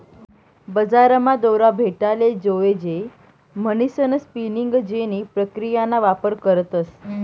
बजारमा दोरा भेटाले जोयजे म्हणीसन स्पिनिंग जेनी प्रक्रियाना वापर करतस